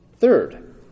Third